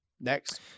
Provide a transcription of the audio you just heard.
Next